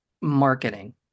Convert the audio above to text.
marketing